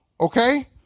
okay